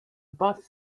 bus